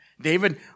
David